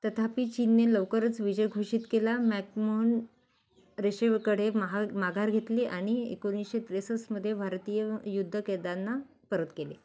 तथापि चीनने लवकरच विजय घोषित केला मॅकमोहन रेषेकडे महा माघार घेतली आणि एकोणीशे त्रेसष्टमध्ये भारतीय युद्ध कैद्यांना परत केले